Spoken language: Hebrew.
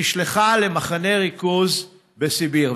נשלחה למחנה ריכוז בסיביר,